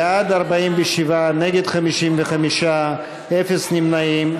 בעד, 47, נגד, 55, אפס נמנעים.